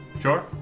Sure